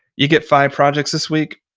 you get five projects this week.